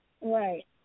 Right